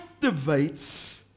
activates